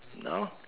know